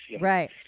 Right